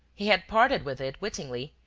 he had parted with it wittingly,